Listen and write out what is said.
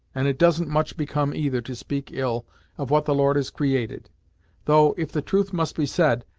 and it doesn't much become either to speak ill of what the lord has created though, if the truth must be said,